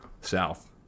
South